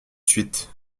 suite